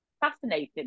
fascinating